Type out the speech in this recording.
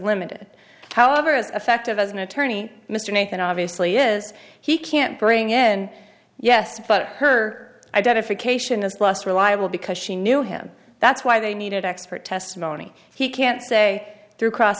limited however as effective as an attorney mr nathan obviously is he can't bring in yes but her identification is less reliable because she knew him that's why they needed expert testimony he can say through cross